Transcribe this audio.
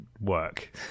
work